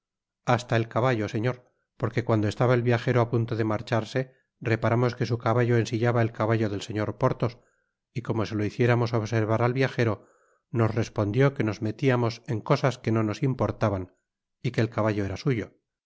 hasta el caballo señor porque cuando estaba el viajero á punto de marcharse reparamos que su lacayo ensillaba et caballo del señor porthos y cojno se lo hiciéramos observar al viajero nos respondió que nos metiamos en cosas que no nos importaban y que el caballo era suyo